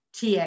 TA